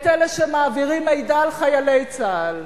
את אלה שמעבירים מידע על חיילי צה"ל.